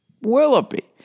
Willoughby